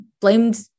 blamed